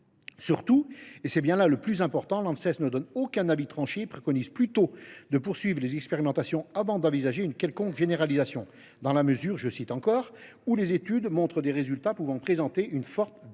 Surtout, et c’est bien là le plus important, l’Anses ne donne aucun avis tranché et préconise plutôt de poursuivre les expérimentations avant d’envisager une quelconque généralisation, « dans la mesure où les études montrent des résultats pouvant présenter une forte variabilité ».